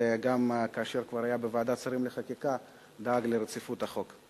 וגם כאשר כבר היה בוועדת שרים לחקיקה דאג לרציפות החוק.